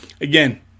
again